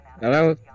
Hello